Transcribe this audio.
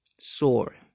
Sore